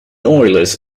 oilers